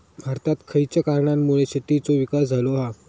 भारतात खयच्या कारणांमुळे शेतीचो विकास झालो हा?